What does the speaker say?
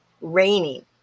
raining